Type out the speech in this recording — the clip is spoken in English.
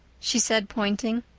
she said, pointing.